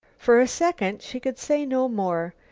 for a second she could say no more.